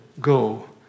go